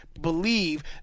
believe